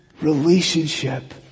relationship